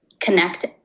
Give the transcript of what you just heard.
connect